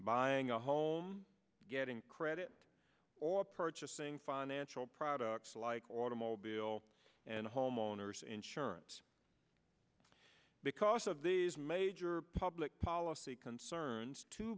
buying a home getting credit or purchasing financial products like automobile and homeowners insurance because of these major public policy concerns t